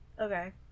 Okay